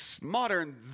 modern